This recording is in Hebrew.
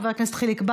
חבר הכנסת גליק,